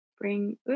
bring